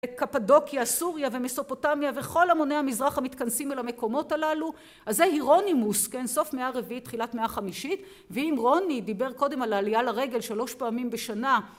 כפדוקיה סוריה ומסופוטמיה וכל המוני המזרח המתכנסים אל המקומות הללו אז זה הירונימוס כן סוף מאה רביעית תחילת מאה החמישית ואם רוני דיבר קודם על העלייה לרגל שלוש פעמים בשנה